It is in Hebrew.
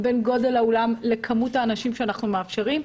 לבין כמות האנשים שאנחנו מאפשרים.